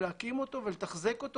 להקים אותו ולתחזק אותו.